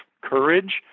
courage